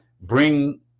bring